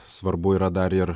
svarbu yra dar ir